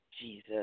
Jesus